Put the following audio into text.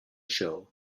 show